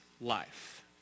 life